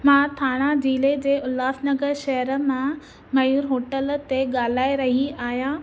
मां थाणा ज़िले जे उल्हासनगर शहर मां मयूर होटल ते ॻाल्हाए रही आहियां